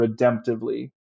redemptively